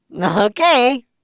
Okay